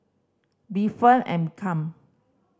be firm and calm